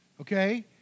okay